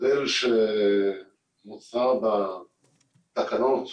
המודל שמוצע בתקנות